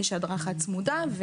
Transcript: יש הדרכה צמודה.